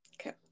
Okay